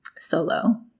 solo